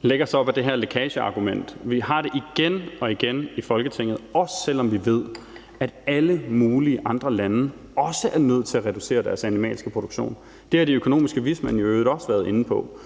lægger sig op ad det her lækageargumentet. Vi har det igen og igen i Folketinget, også selv om vi ved, at alle mulige andre lande også er nødt til at reducere deres animalske produktion. Det har de økonomiske vismænd i øvrigt også været inde på.